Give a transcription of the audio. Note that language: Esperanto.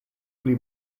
pli